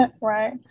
Right